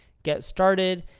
get started.